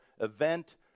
event